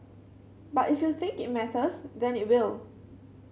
but if you think it matters then it will